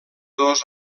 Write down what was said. dos